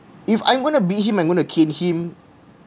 if I'm gonna beat him I'm gonna cane him